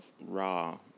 raw